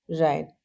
Right